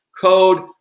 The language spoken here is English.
code